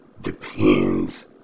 depends